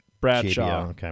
Bradshaw